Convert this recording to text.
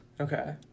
Okay